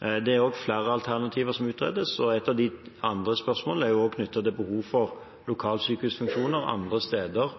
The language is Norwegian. Det er også flere alternativer som utredes, og et av de andre spørsmålene er knyttet til om det er behov for lokalsykehusfunksjoner andre steder,